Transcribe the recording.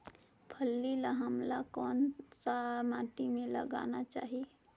फल्ली ल हमला कौन सा माटी मे लगाना चाही?